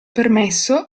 permesso